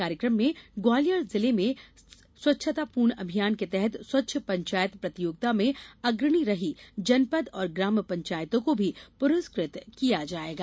कार्यक्रम में ग्वालियर जिले में स्वच्छपूर्ण अभियान के तहत स्वच्छ पंचायत प्रतियोगिता में अग्रणी रही जनपद और ग्राम पंचायतों को भी पुरस्कृत किया जाएगा